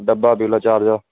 ਡੱਬਾ bill charger